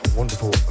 wonderful